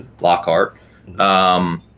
Lockhart